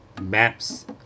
MAPS